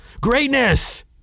Greatness